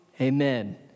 Amen